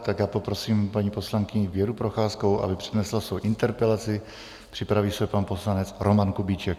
Tak poprosím paní poslankyni Věru Procházkovou, aby přednesla svoji interpelaci, připraví se pan poslanec Roman Kubíček.